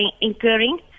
incurring